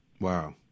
Wow